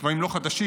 דברים לא חדשים,